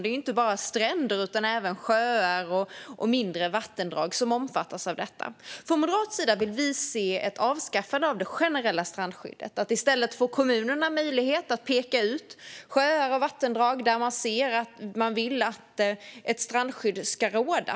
Det är inte bara havsstränder utan även sjöar och mindre vattendrag som omfattas av detta. Från moderat sida vill vi se ett avskaffande av det generella strandskyddet. I stället vill vi ge kommunerna möjlighet att peka ut sjöar och vattendrag där man vill att strandskydd ska råda.